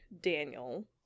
Daniel